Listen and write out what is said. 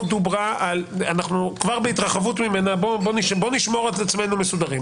בוא נשמור את עצמנו מסודרים.